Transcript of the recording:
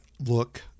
look